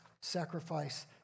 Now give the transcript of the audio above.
sacrifice